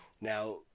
Now